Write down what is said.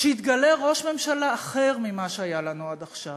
שיתגלה ראש ממשלה אחר ממה שהיה לנו עד עכשיו: